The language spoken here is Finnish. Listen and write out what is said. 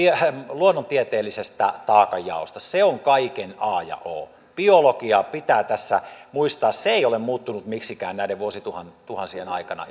luonnontieteellisestä taakanjaosta se on kaiken a ja o biologia pitää tässä muistaa se ei ole muuttunut miksikään näiden vuosituhansien aikana